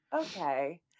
okay